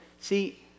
See